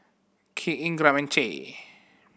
Kirk Ingram and Che